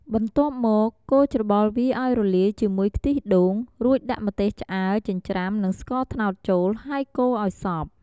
បន្ទាប់មក កូរច្របល់វាអោយរលាយជាមួយខ្ទិះដូង រួចដាក់ម្ទេសឆ្អើរចិញ្រ្ចាំនិងស្ករត្នោតចូល ហើយកូរអោយសព្វ។